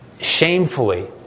shamefully